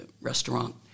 restaurant